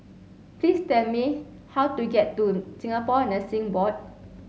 please tell me how to get to Singapore Nursing Board